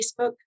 Facebook